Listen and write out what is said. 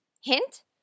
Hint